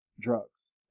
drugs